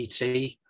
ET